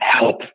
help